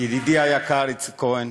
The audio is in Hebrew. ידידי היקר איציק כהן,